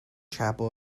chapel